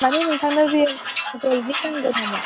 मानि नोंथांनो रियेल ग'ल्डनि नांगौ नामा